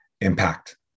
impact